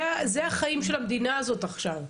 אלו החיים של המדינה הזאת עכשיו,